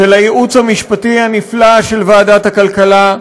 ולייעוץ המשפטי הנפלא של ועדת הכלכלה,